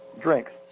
drinks